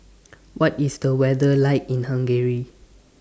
What IS The weather like in Hungary